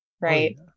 right